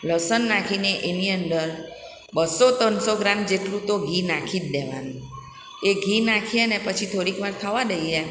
લસન નાખીને એની અંદર બસો ત્રણસો ગ્રામ જેટલું તો ઘી નાખી જ દેવાનું એ ઘી નાખીએને પછી થોડીક વાર થવા દઈએ